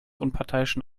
unparteiischen